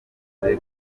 gukura